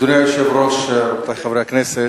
אדוני היושב-ראש, רבותי חברי הכנסת,